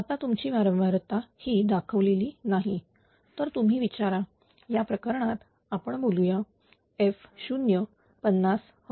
आता तुमची वारंवारता ही दाखवलेली नाही तर तुम्ही विचारा या प्रकरणात आपण बोलूया f0 50 Hz